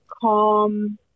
calm